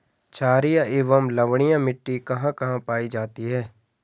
छारीय एवं लवणीय मिट्टी कहां कहां पायी जाती है?